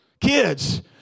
Kids